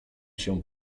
się